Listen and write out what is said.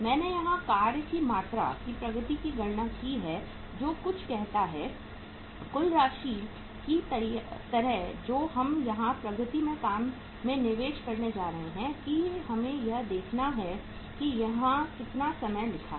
मैंने यहां कार्य की मात्रा की प्रगति की गणना की है जो कुछ कहता है कुल राशि की तरह जो हम यहां प्रगति में काम में निवेश करने जा रहे हैं कि हमें यह देखना है कि यहां कितना समय लिखा है